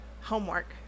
homework